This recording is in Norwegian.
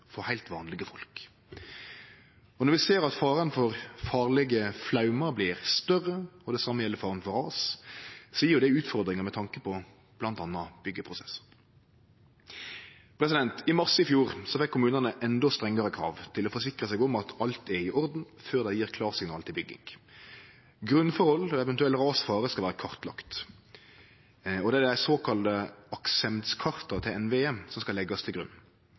for heilt vanlege folk. Når vi ser at faren for farlege flaumar blir større, og det same gjeld faren for ras, gjev det utfordringar med tanke på bl.a. byggjeprosessar. I mars i fjor fekk kommunane endå strengare krav til å forsikre seg om at alt er i orden før dei gjev klarsignal til bygging. Grunnforhold og eventuell rasfare skal vere kartlagde. Det er dei såkalla aktsemdskarta til NVE som skal leggjast til grunn.